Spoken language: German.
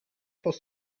das